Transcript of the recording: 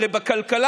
הרי בכלכלה,